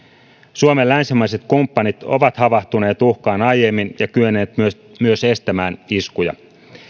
suomen länsimaiset kumppanit ovat havahtuneet uhkaan aiemmin ja kyenneet myös estämään iskuja